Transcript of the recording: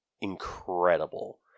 incredible